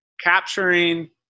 capturing